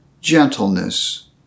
gentleness